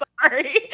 sorry